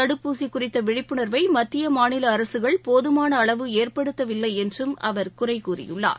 தடுப்பூசி குறித்த விழிப்புண்வை மத்திய மாநில அரசுகள் போதமான அளவு ஏற்படுத்தவில்லை என்றும் அவர் குறை கூறியுள்ளார்